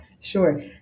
Sure